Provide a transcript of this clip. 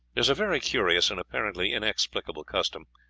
is a very curious and apparently inexplicable custom,